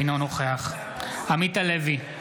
אינו נוכח עמית הלוי,